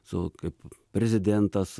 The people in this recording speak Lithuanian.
su kaip prezidentas